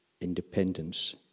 independence